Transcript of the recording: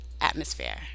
atmosphere